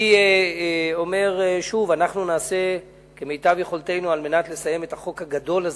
אני אומר שוב: נעשה כמיטב יכולתנו כדי לסיים את החוק הגדול הזה,